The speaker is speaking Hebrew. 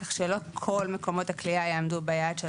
כך שלא כל מקומות הכליאה יעמדו ביעד של